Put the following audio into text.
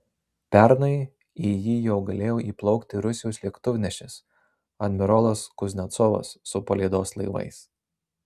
pernai į jį jau galėjo įplaukti rusijos lėktuvnešis admirolas kuznecovas su palydos laivais